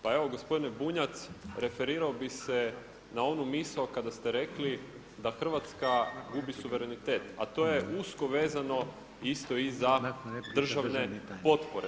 Pa evo gospodine Bunjac, referirao bih se na onu misao kada ste rekli da Hrvatska gubi suverenitet, a to je usko vezano isto i za državne potpore.